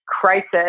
crisis